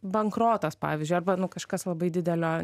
bankrotas pavyzdžiui arba nu kažkas labai didelio